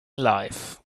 life